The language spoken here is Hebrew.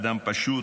אדם פשוט,